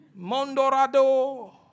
Mondorado